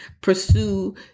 pursue